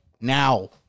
now